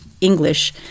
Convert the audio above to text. English